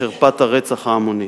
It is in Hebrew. חרפת הרצח ההמוני".